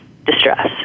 distress